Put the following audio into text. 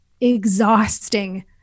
exhausting